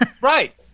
Right